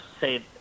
say